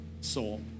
soul